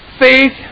Faith